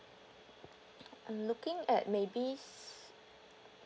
I'm looking at maybe